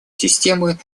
системы